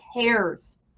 cares